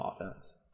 offense